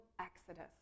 exodus